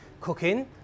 cooking